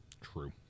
True